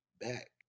back